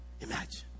imagine